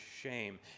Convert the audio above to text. shame